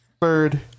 Third